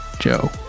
Joe